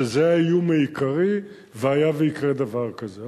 שם זה האיום העיקרי, והיה ויקרה דבר כזה.